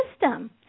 system